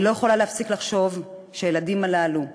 אני לא יכולה להפסיק לחשוב שהילדים הללו,